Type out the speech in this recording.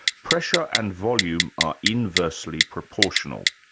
pressure and volume are inversely proportional,